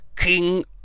King